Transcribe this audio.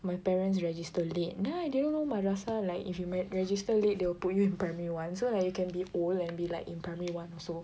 my parents register late now I didn't know madrasah like if you register late they will put you in primary one so like you can be old and be like in primary one also